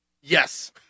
Yes